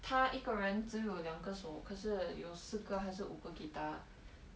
他一个人只有两个手可是有四个还是五个 guitar